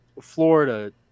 Florida